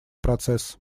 процесс